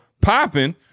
popping